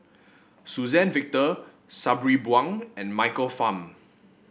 Suzann Victor Sabri Buang and Michael Fam